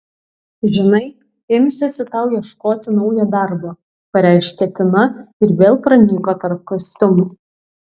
žinai imsiuosi tau ieškoti naujo darbo pareiškė tina ir vėl pranyko tarp kostiumų